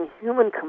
human